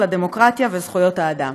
הדמוקרטיה וזכויות האדם.